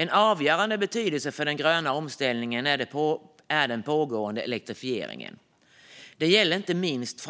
En avgörande faktor för den gröna omställningen är den pågående elektrifieringen. Det gäller inte minst